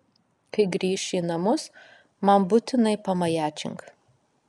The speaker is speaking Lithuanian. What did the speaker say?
kai grįši į namus man būtinai pamajačink